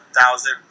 thousand